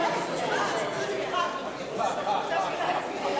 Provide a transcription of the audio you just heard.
2), התשס"ט 2009,